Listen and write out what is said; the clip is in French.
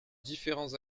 différents